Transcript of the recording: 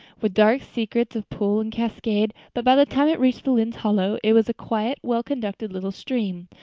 with dark secrets of pool and cascade but by the time it reached lynde's hollow it was a quiet, well-conducted little stream,